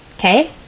Okay